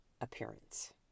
appearance